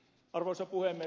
arvoisa puhemies